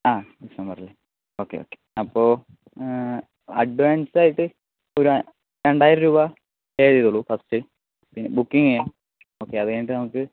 ആ ഡിസംബറിൽ ഒക്കെ ഓക്കെ അപ്പോൾ അഡ്വാൻസായിട്ട് ഒരു രണ്ടായിരം രൂപ പേ ചെയ്തോളൂ ഫസ്റ്റ് ബുക്കിംഗ് ചെയ്യാം ഓക്കേ അതുകഴിഞ്ഞിട്ട് നമുക്ക്